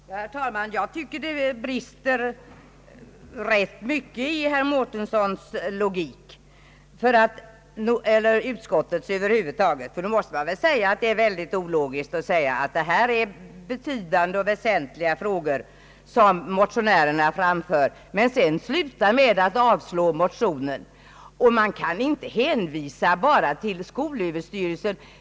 Herr talman! Jag tycker att det brister rätt mycket i utskottets logik, ty visst är det mycket ologiskt att säga att motionärerna framför betydande och väsentliga frågor men sedan sluta med att avslå motionen. Man kan inte bara hänvisa till skolöverstyrelsen.